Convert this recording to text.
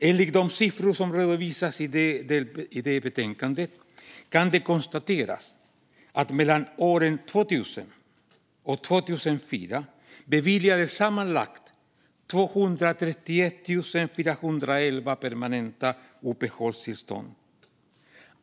Enligt de siffror som redovisas i det betänkandet kan det konstateras att det mellan 2000 och 2004 beviljades sammanlagt 231 411 permanenta uppehållstillstånd.